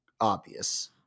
obvious